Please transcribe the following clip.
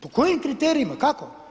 Po kojim kriterijima, kako?